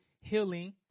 healing